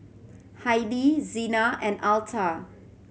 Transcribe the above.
Hailie Xena and Altha